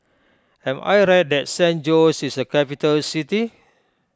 am I right that San Jose is a capital city